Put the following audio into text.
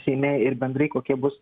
seime ir bendrai kokie bus